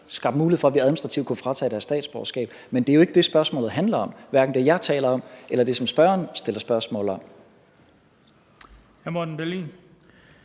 skabt mulighed for, at vi administrativt kunne fratage dem deres statsborgerskab. Men det er jo ikke det, spørgsmålet handler om – hverken det, jeg taler om, eller det, som spørgeren stiller spørgsmål om. Kl. 17:28 Den